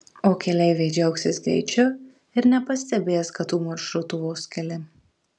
o keleiviai džiaugsis greičiu ir nepastebės kad tų maršrutų vos keli